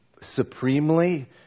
supremely